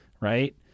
right